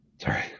sorry